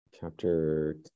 chapter